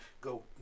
go